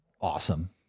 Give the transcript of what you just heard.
awesome